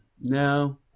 No